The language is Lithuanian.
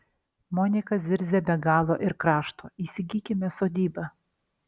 monika zirzia be galo ir krašto įsigykime sodybą